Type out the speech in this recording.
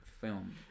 film